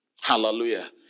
hallelujah